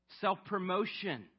self-promotion